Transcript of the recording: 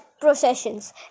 processions